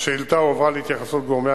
4-1. השאילתא הועברה להתייחסות גורמי